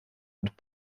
und